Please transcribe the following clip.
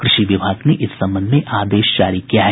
कृषि विभाग ने इस संबंध में आदेश जारी किया है